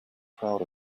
proud